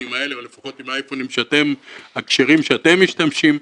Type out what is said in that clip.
אלה או לפחות עם האייפונים הכשרים שאתם משתמשים,